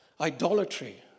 Idolatry